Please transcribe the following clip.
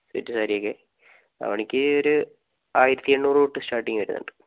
set സാരിയൊക്കെ ധാവണിക്ക് ഒരു ആയിരത്തി എണ്ണൂറ് തൊട്ട് സ്റ്റാർട്ടിങ് വരുന്നുണ്ട്